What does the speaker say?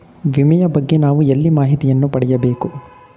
ವಿಮೆಯ ಬಗ್ಗೆ ನಾವು ಎಲ್ಲಿ ಮಾಹಿತಿಯನ್ನು ಪಡೆಯಬೇಕು?